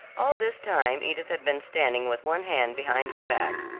all this time edith had been standing with one hand behind her back,